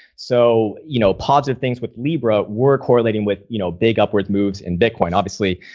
so, you know, positive things with libra, we're correlating with, you know, big upward moves in bitcoin obviously,